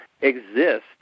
exist